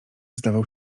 zdawał